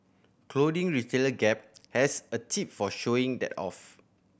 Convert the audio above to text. clothing retailer Gap has a tip for showing that off